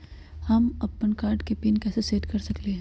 हम अपन कार्ड के पिन कैसे सेट कर सकली ह?